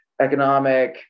economic